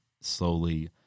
slowly